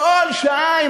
כל שעה,